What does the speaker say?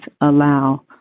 allow